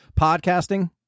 podcasting